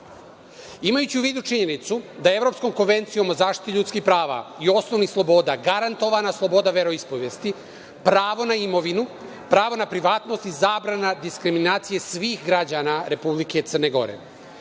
u vidu činjenicu da Evropskom konvencijom o zaštiti ljudskih prava i osnovi sloboda, garantovana je sloboda veroispovesti, pravo na imovinu, pravo na privatnost i zabrana diskriminacije svih građana Republike Crne Gore.